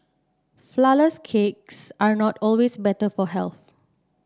flourless cakes are not always better for health